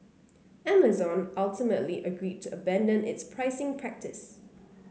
Amazon ultimately agreed to abandon its pricing practice